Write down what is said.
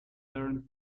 learn